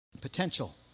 potential